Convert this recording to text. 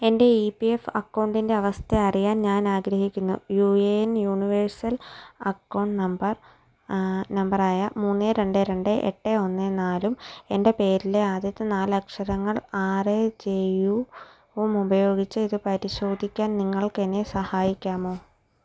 എൻ്റെ E P F അക്കൌണ്ടിൻ്റെ അവസ്ഥ അറിയാൻ ഞാൻ ആഗ്രഹിക്കുന്നു U A N universal account number number ആയ മൂന്ന് രണ്ട് രണ്ട് എട്ട് ഒന്ന് നാലും എന്റെ പേരിലെ ആദ്യത്തെ നാല് അക്ഷരങ്ങള് ആര് എ ജെ യുയും ഉപയോഗിച്ച് ഇത് പരിശോധിക്കാൻ നിങ്ങൾക്ക് എന്നെ സഹായിക്കാമോ